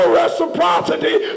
reciprocity